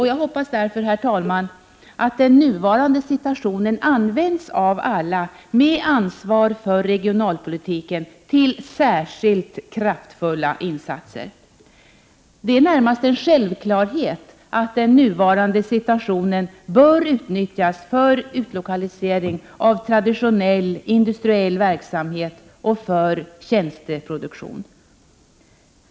Jag hoppas därför, herr talman, att den nuvarande situationen används av alla med ansvar för regionalpolitiken till särskilt kraftfulla insatser. Det är närmast en självklarhet att den nuvarande situationen bör utnyttjas för utlokalisering av traditionell industriell verksamhet och för tjänsteproduktion.